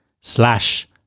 slash